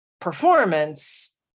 performance